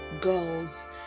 girls